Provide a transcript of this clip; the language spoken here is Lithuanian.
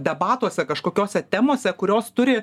debatuose kažkokiose temose kurios turi